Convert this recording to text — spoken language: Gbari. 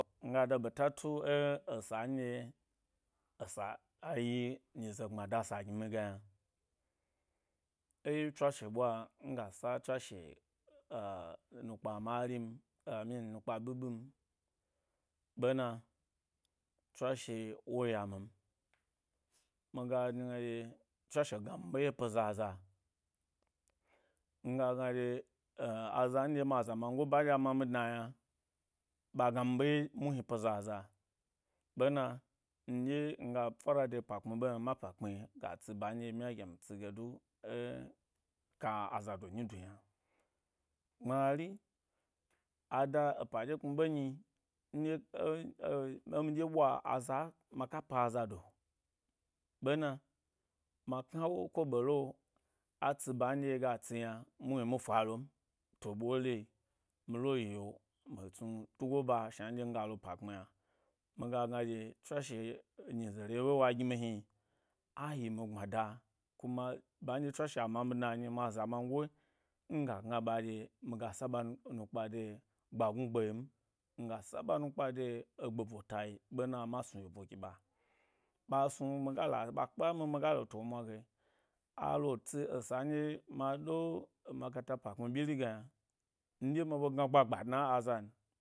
Miga da ɓeta tu ẻ esa ndye yi ẻsa ẻ yi nyize gbmada sa gimi ge yna ẻ tswashe ɓwa nuga se tswashe nukpa ma rim, i mean, nukpa ɓiɓim ɓena, tswashewo yo min miga gna ɗye. Tswashe gnami ɓe ye pe zaza nya gna dye eh aza nɗye mi aza mango ba nɗye a ma mi dna yna ɓa gnami baye muhni pe zaza, ɓena, nɗye nya fara de ‘pa kpmi ɓe ma pa kpmi ya tsi ba ndye bmya gi mi tsi ge du e, ka-aza do nyi du yna, gbmari, ada epa ɗye kpmi ɓe nyi ndye e eh e miɗye ɓwa aza, maka pe azado ɓena ma knawo ko ɓelo atsi ba nɗye ga tsi yna, muhni mi mal on, to ɓole mile yeo mi chnu tugo ba shna nɗye tswashe nyize re ɓe wa ginu hni ayi mi mi gbmada, kuma ba nɗye tswasha a mami dna nyi ma aza manpe nya gna ɓa dye mi bas a ɓa nukpa de gba gnu gɓe m, miga sa ɓa nukpa de egbe botayi ɓena ma snu yebo gi ɓa, iɓa snu migala, ɓa kpami migala to mwa ge alo tsi esa nɗye ma ɗo makato pa kpmi ɓyiri ge yna mi ɗye mu ɓe gna gba gba dna azan.